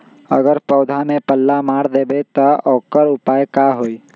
अगर पौधा में पल्ला मार देबे त औकर उपाय का होई?